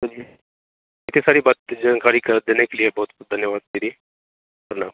चलिए इतनी सारी बातें जानकारी का देने के लिए बहुत बहुत धन्यवाद दीदी प्रणाम